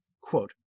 quote